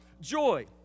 joy